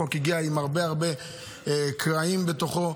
החוק הגיע עם הרבה הרבה קרעים בתוכו,